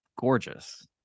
gorgeous